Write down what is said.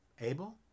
Abel